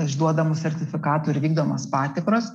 išduodamų sertifikatų ir vykdomos patikros